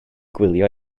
gwylio